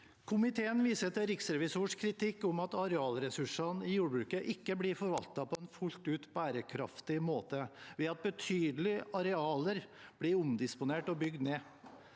Komiteen viser til Riksrevisjonens kritikk om at arealressursene i jordbruket ikke blir forvaltet på en fullt ut bærekraftig måte, ved at betydelige arealer blir omdisponert og bygd ned.